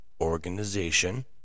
organization